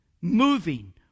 moving